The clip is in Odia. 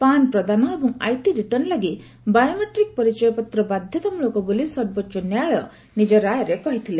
ପାନ୍ ପ୍ରଦାନ ଏବଂ ଆଇଟି ରିଟର୍ଣ୍ଣ ଲାଗି ବାୟୋମେଟ୍ରିକ୍ ପରିଚୟପତ୍ର ବାଧ୍ୟତାମ୍ବଳକ ବୋଲି ସର୍ବୋଚ୍ଚ ନ୍ୟାୟାଳୟ ନିଜ ରାୟରେ କହିଥିଲେ